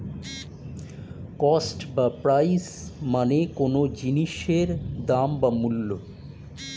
cost বা price মানে কোনো জিনিসের দাম বা মূল্য